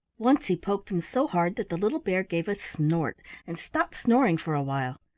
once he poked him so hard that the little bear gave a snort and stopped snoring for a while,